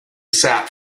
sat